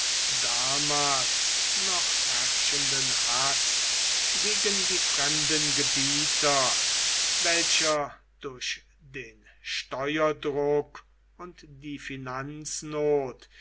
damals noch herrschenden haß gegen die fremden gebieter welcher durch den steuerdruck und die